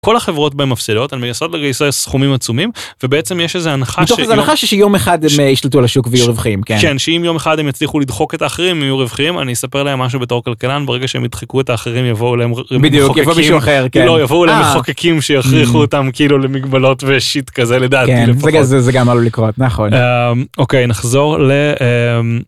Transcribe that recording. כל החברות בהם מפסידות, הן מנסות לגייס סכומים עצומים, ובעצם יש איזה הנחה ש... מתוך הנחה שיום אחד הם ישלטו על השוק ויהיו רווחיים. כן שאם יום אחד הם יצליחו לדחוק את האחרים הם יהיו רווחיים, אני אספר להם משהו בתור כלכלן, ברגע שהם ידחקו את האחרים יבואו להם... בדיוק יבוא מישהו אחר... לא. יבואו להם מחוקקים שיכריחו אותם כאילו למגבלות ושיט כזה, לדעתי לפחות. זה גם עלול לקרות, נכון. אוקיי, נחזור ל...